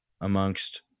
amongst